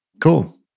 Cool